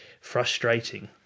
frustrating